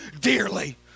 dearly